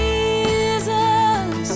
Jesus